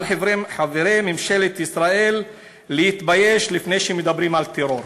על חברי ממשלת ישראל להתבייש לפני שהם מדברים על טרור.